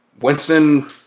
Winston